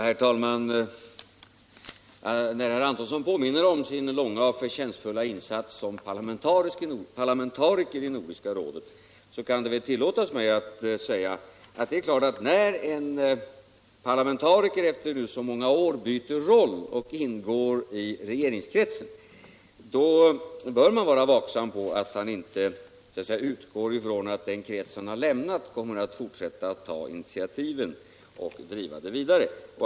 Herr talman! Herr Antonsson påminner om sin långa och förtjänstfulla insats som parlamentariker i Nordiska rådet. Det kan väl då tillåtas mig att säga att när en parlamentariker efter så många år byter roll och ingår i regeringskretsen, bör man vara vaksam så att han inte utgår ifrån att den krets han har lämnat kommer att fortsätta att ta initiativen och driva frågorna vidare.